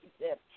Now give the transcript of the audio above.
Yes